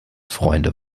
freunde